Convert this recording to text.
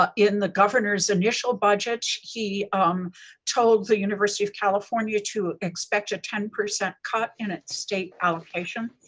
ah in the governor's initial budget, he um told the university of california to expect a ten percent cut in its state allocation.